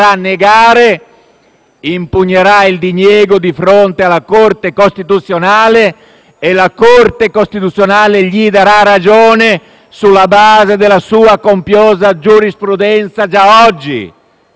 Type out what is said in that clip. impugnerà il diniego di fronte alla Corte costituzionale, che gli darà ragione sulla base della sua copiosa giurisprudenza già oggi esistente.